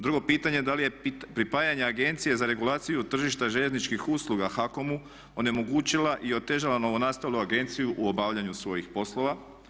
Drugo pitanje, da li je pripajanje Agencije za regulaciju tržišta željezničkih usluga HAKOM-u onemogućila i otežala novonastalu agenciju u obavljanju svojih poslova?